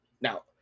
Now